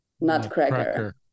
Nutcracker